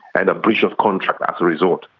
and a breach of contract as a result.